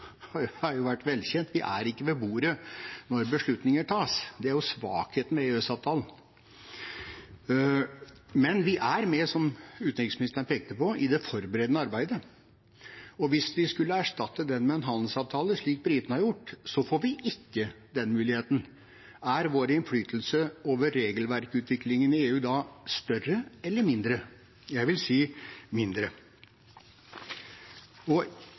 jo velkjent. Vi er ikke ved bordet når beslutninger tas. Det er svakheten i EØS-avtalen. Men vi er med, som utenriksministeren pekte på, i det forberedende arbeidet, og hvis vi skulle erstatte den med en handelsavtale, slik britene har gjort, får vi ikke den muligheten. Er vår innflytelse over regelverksutviklingen i EU da større eller mindre? Jeg vil si mindre. Én viktig forskjell på EØS-avtalen og